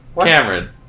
Cameron